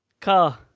Car